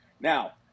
Now